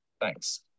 Thanks